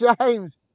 James